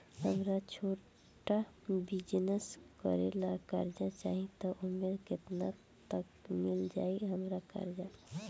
हमरा छोटा बिजनेस करे ला कर्जा चाहि त ओमे केतना तक मिल जायी हमरा कर्जा?